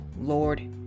Lord